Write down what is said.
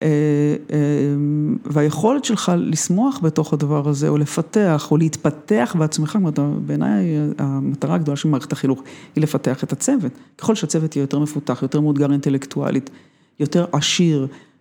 והיכולת שלך לשמוח בתוך הדבר הזה, או לפתח, או להתפתח בעצמך, בעיני המטרה הגדולה של מערכת החינוך, היא לפתח את הצוות. ככל שהצוות יהיה יותר מפותח, יותר מאותגר אינטלקטואלית, יותר עשיר.